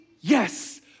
Yes